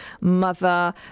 mother